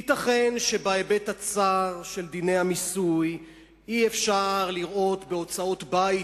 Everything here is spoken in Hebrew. ייתכן שבהיבט הצר של דיני המיסוי אי-אפשר לראות בהוצאות בית,